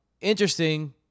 Interesting